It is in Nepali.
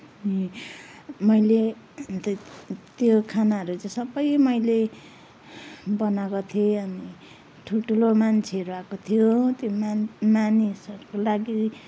अनि मैले त्यो त्यो खानाहरू चाहिँ सबै मैले बनाएको थिएँ अनि ठुल्ठुलो मान्छेहरू आएको थियो त्यो मा मानिसहरूको लागि